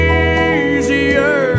easier